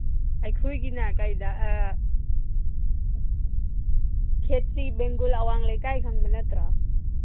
ꯑꯩꯈꯣꯏꯒꯤꯅ ꯀꯩꯗ ꯈꯦꯇ꯭ꯔꯤ ꯕꯦꯡꯒꯨꯜ ꯑꯋꯥꯡ ꯂꯩꯀꯥꯏ ꯈꯪꯕ ꯅꯠꯇ꯭ꯔꯣ